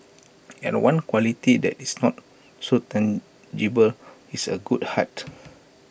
and one quality that is not so tangible is A good heart